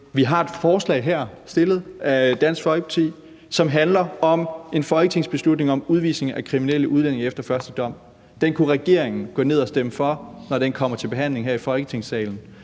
til folketingsbeslutning fremsat af Dansk Folkeparti, som handler om udvisning af kriminelle udlændinge efter første dom, og det kunne regeringen gå ned og stemme for, når det kommer til afstemning her i Folketingssalen.